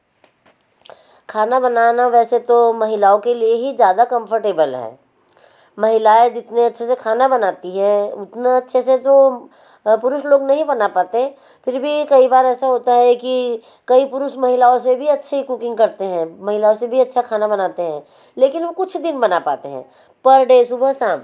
खाना बनाना वैसे तो महिलाओं के लिए ही ज़्यादा कम्फटेबल है महिलाएँ जितने अच्छे से खाना बनाती हैं उतना अच्छे से जो पुरुष लोग नहीं बना पाते फिर भी कई बार ऐसा होता है कि कई पुरुष महिलाओं से भी अच्छे कुकिंग करते हैं महिलाओं से भी अच्छा खाना बनाते हैं लेकिन वे कुछ दिन बना पाते हैं पर डे सुबह शाम